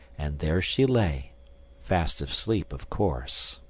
and there she lay fast asleep, of course.